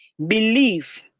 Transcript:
Believe